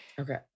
Okay